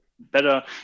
better